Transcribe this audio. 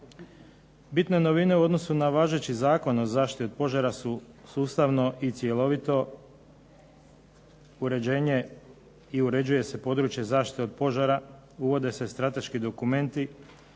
Bitne novine u odnosu na važeći Zakon o zaštiti od požara su sustavno i cjelovito uređenje i uređuje se područje zaštite od požara, uvode se strateški dokumenti,